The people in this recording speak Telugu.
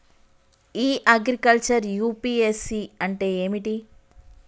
ఇ అగ్రికల్చర్ యూ.పి.ఎస్.సి అంటే ఏమిటి?